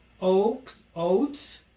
oats